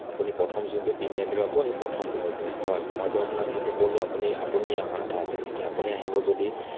আপুনি প্ৰথম যোনটো তিনিআলি পাব সেই প্ৰথম ঘৰটোৱেই হয় মইতো আপোনাক সেইটো ক'লোঁ আপুনি আপুনি অহা কথা আছে নেকি আপুনি আহিব যদি